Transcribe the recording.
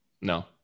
No